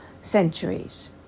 centuries